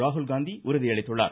ராகுல் காந்தி உறுதியளித்துள்ளார்